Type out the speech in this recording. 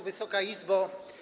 Wysoka Izbo!